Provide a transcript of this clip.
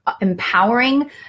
empowering